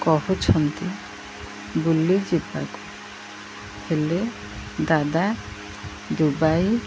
କହୁଛନ୍ତି ବୁଲିଯିବାକୁ ହେଲେ ଦାଦା ଦୁବାଇ